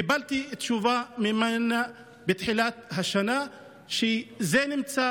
קיבלתי תשובה ממנה בתחילת השנה שזה נמצא